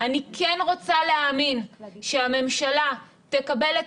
אני כן רוצה להאמין שהממשלה תקבל את